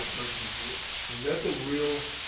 is, was that the real